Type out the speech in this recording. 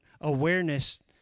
awareness